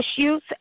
issues